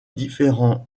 différents